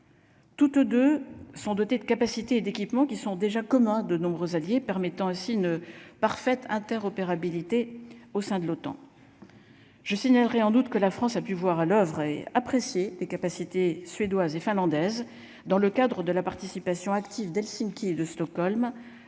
Toutes 2 sont dotées de capacités et d'équipements qui sont déjà communs de nombreux alliés permettant ainsi une parfaite interopérabilité au sein de l'OTAN, je suis navré en doute que la France a pu voir à l'oeuvre et apprécié des capacités suédoise et finlandaise dans le cadre de la participation active d'Helsinki et de Stockholm